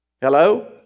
Hello